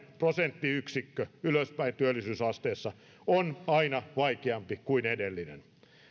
prosenttiyksikkö ylöspäin työllisyysasteessa on aina vaikeampi kuin edellinen